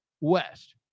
West